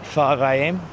5am